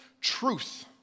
truth